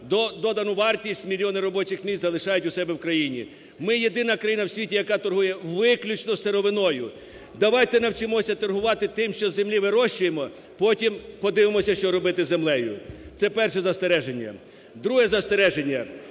додану вартість, мільйони робочих місць залишають у себе в країні. Ми єдина країна в світі, яка торгує виключно сировиною. Давайте навчимося торгувати тим, що з землі вирощуємо, потім подивимося, що робити з землею. Це перше застереження. Друге застереження.